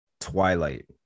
Twilight